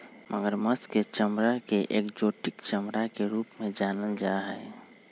मगरमच्छ के चमडड़ा के एक्जोटिक चमड़ा के रूप में भी जानल जा हई